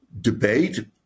debate